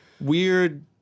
weird